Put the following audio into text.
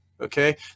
Okay